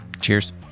Cheers